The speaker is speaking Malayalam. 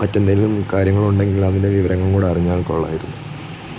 മറ്റ് എന്തെങ്കിലും കാര്യങ്ങളുണ്ടെങ്കിൽ അതിൻ്റെ വിവരം കൂടെ അറിഞ്ഞാൽ കൊള്ളാമായിരുന്നു